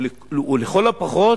ולכל הפחות